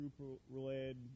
group-related